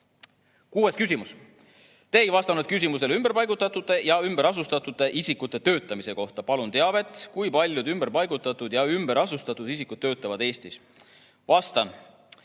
Kuues küsimus: "Te ei vastanud küsimusele ümberpaigutatud ja ümberasustatud isikute töötamise kohta. Palun teavet, kui paljud ümberpaigutatud ja ümberasustatud isikud töötavad Eestis?" Siin